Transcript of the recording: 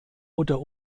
oder